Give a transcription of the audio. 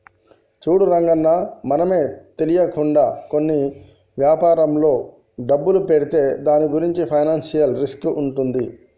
చూడు రంగన్న మనమే తెలియకుండా కొన్ని వ్యాపారంలో డబ్బులు పెడితే దాని గురించి ఫైనాన్షియల్ రిస్క్ ఉంటుంది